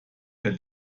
per